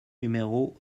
numéro